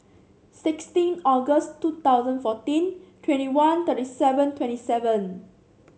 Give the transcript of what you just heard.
sixteen August two thousand fourteen twenty one thirty seven twenty seven